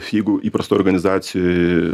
jeigu įprastoj organizacijoj